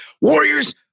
warriors